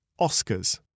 Oscars